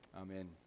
Amen